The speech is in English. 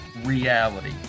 reality